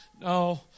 no